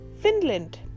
Finland